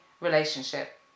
relationship